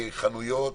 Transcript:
אלפי חנויות.